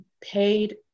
paid